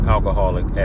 Alcoholic